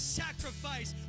sacrifice